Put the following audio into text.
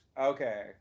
Okay